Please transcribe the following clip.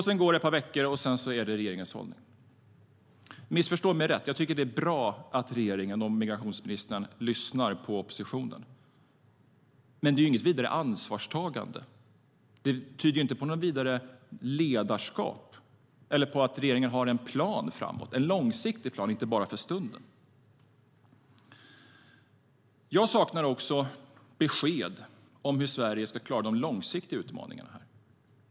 Sedan gick det ett par veckor, och så var det regeringens hållning. Missförstå mig rätt. Jag tycker att det är bra att regeringen och migrationsministern lyssnar på oppositionen, men det är inget vidare ansvarstagande, och det tyder inte på något vidare ledarskap eller på att regeringen har en plan som inte bara gäller för stunden. Jag saknar också besked om hur Sverige ska klara de långsiktiga utmaningarna.